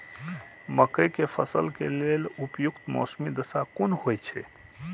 मके के फसल के लेल उपयुक्त मौसमी दशा कुन होए छै?